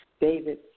David